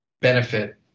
benefit